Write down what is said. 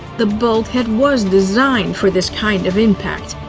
the bulkhead was designed for this kind of impact.